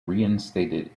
reinstated